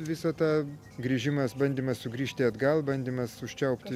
visą tą grįžimas bandymas sugrįžti atgal bandymas užčiaupt